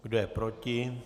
Kdo je proti?